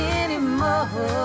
anymore